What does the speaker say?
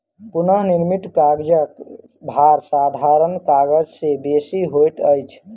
पुनःनिर्मित कागजक भार साधारण कागज से बेसी होइत अछि